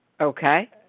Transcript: Okay